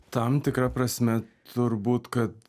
tam tikra prasme turbūt kad